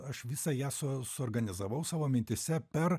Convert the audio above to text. aš visą ją su suorganizavau savo mintyse per